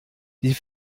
die